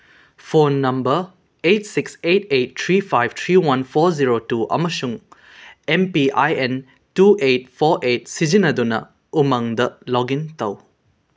phone number eight six eight eight three five three one four zero two ꯑꯃꯁꯨꯡ M P I N two eight four eight ꯁꯤꯖꯤꯟꯅꯗꯨꯅ ꯎꯃꯪꯗ log in ꯇꯧ